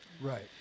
Right